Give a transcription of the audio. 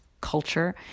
culture